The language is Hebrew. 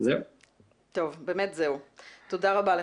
תודה רבה לך.